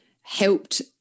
helped